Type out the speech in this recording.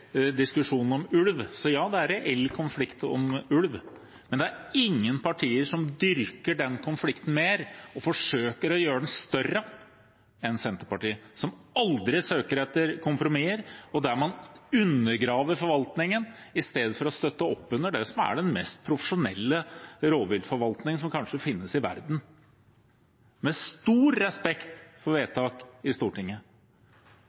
ulv. Men det er ingen partier som dyrker den konflikten mer og forsøker å gjøre den større enn Senterpartiet, som aldri søker etter kompromisser, og der man undergraver forvaltningen i stedet for å støtte opp under det som er den mest profesjonelle rovviltforvaltningen som kanskje finnes i verden, med stor respekt for